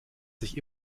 sich